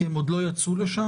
כי הם עוד לא יצאו לשם?